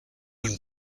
and